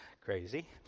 crazy